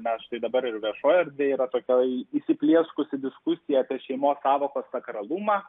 na štai dabar ir viešoj erdvėj yra tokia įsiplieskusi diskusija apie šeimos sąvokos sakralumą